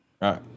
right